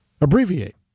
abbreviate